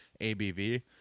ABV